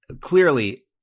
clearly